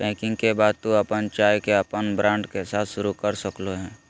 packing के बाद तू अपन चाय के अपन ब्रांड के साथ शुरू कर सक्ल्हो हें